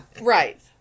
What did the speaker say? right